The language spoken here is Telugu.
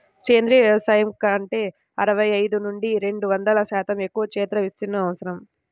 సేంద్రీయ వ్యవసాయం కంటే అరవై ఐదు నుండి రెండు వందల శాతం ఎక్కువ క్షేత్ర విస్తీర్ణం అవసరం